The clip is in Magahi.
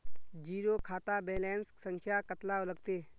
जीरो खाता बैलेंस संख्या कतला लगते?